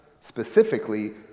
specifically